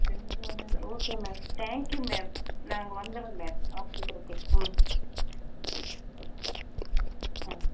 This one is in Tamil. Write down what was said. எங்களுக்கு ஒன்றும் இல்லை okay ma'am thank you ma'am நாங்கள் வந்துறோம் மேம் ஆஸ்பத்திரிக்கு ம் ஆ